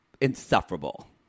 insufferable